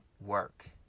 work